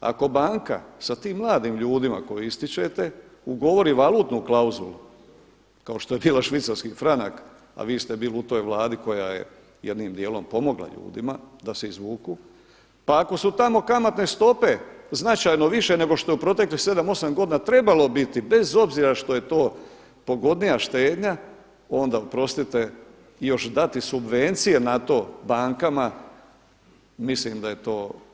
Ako banka sa tim mladim ljudima koje ističete ugovori valutnu klauzulu kao što je bila švicarski franak a vi ste bili u toj Vladi koja je jednim dijelom pomogla ljudima da se izvuku pa ako su tamo kamatne stope značajno više nego što je u proteklih 7, 8 godina trebalo biti bez obzira što je to pogodnija štednja onda oprostite i još dati subvencije na to bankama mislim da je to.